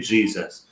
Jesus